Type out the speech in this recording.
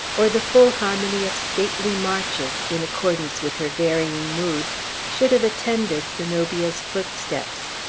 or the full harmony of stately marches, in accordance with her varying mood should have attended zenobia's footsteps.